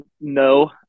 no